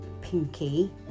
Pinky